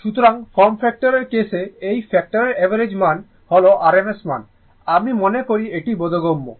সুতরাং form factor case এ ফ্যাক্টরের অ্যাভারেজ মান হল RMS মান আমি মনে করি এটি বোধগম্য